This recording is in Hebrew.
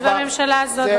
זה בממשלה הזאת.